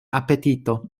apetito